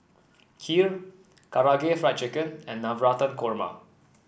Kheer Karaage Fried Chicken and Navratan Korma